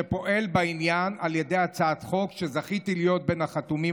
שפועל בעניין על ידי הצעת חוק שזכיתי להיות בין החתומים